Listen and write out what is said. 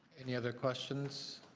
any other questions?